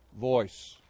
voice